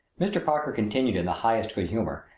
mr. parker continued in the highest good humor,